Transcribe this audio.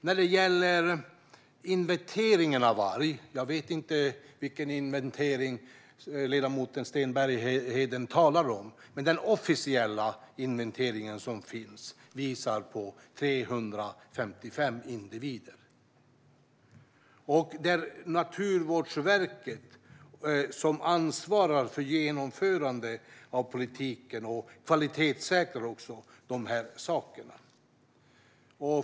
Jag vet inte vilken inventering av varg som ledamoten Sten Bergheden talar om. Men den officiella inventering som finns visar att det finns 355 individer. Det är Naturvårdsverket som ansvarar för genomförandet av politiken och som också gör en kvalitetssäkring.